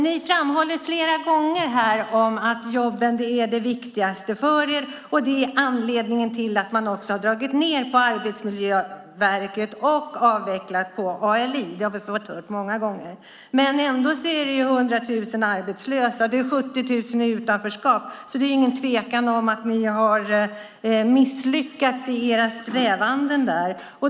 Ni framhåller flera gånger här att jobben är det viktigaste för er och att det är anledningen till att man också har dragit ned på Arbetsmiljöverket och avvecklat på ALI. Det har vi fått höra många gånger. Men ändå är det 100 000 arbetslösa, och det är 70 000 i utanförskap, så det är ingen tvekan om att ni har misslyckats i era strävanden.